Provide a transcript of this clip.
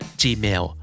gmail